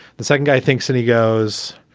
the second guy thinks that he goes.